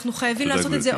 אנחנו חייבים לעשות את זה.